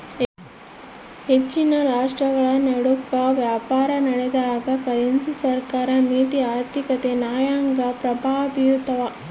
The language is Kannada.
ಹೆಚ್ಚಿನ ರಾಷ್ಟ್ರಗಳನಡುಕ ವ್ಯಾಪಾರನಡೆದಾಗ ಕರೆನ್ಸಿ ಸರ್ಕಾರ ನೀತಿ ಆರ್ಥಿಕತೆ ನ್ಯಾಯಾಂಗ ಪ್ರಭಾವ ಬೀರ್ತವ